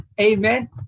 Amen